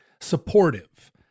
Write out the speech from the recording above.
supportive